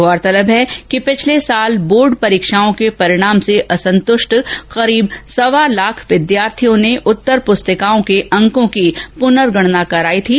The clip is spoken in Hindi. गौरतलब है कि पिछले साल बोर्ड परीक्षाओं के परिणाम से असंतुष्ट करीब सवा लाख विद्यार्थियों ने उत्तर प्रस्तिकाओं के अंकों की पुनर्गणना कराई थी